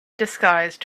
disguised